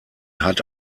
hat